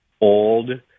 old